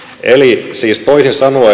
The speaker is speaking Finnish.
eli siis toisin sanoen